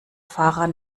fahrer